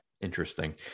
Interesting